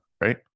right